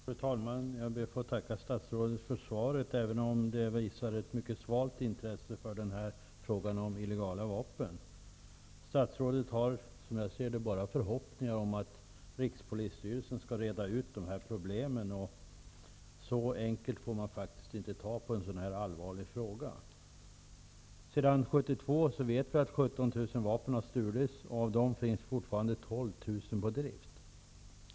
Fru talman! Jag ber att få tacka statsrådet för svaret, även om det visar ett mycket svalt intresse för frågan om illegala vapen. Statsrådet har som jag ser det bara förhoppningar om att rikspolisstyrelsen skall reda ut de här problemen, och så enkelt får man faktiskt inte ta på en sådan allvarlig fråga. Vi vet att 17 000 vapen har stulits sedan 1972, och av dem finns fortfarande 12 000 på drift.